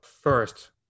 first